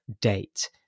date